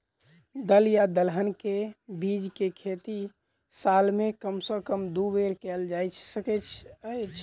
दल या दलहन केँ के बीज केँ खेती साल मे कम सँ कम दु बेर कैल जाय सकैत अछि?